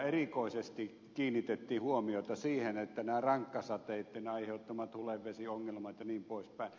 erikoisesti kiinnitettiin huomiota siihen että nämä rankkasateitten aiheuttamat hulevesiongelmat jnp